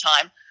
time